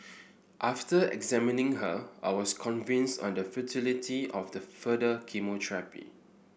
after examining her I was convinced of the futility of further chemotherapy